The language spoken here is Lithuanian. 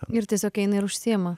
ir tiesiog eina ir užsiėma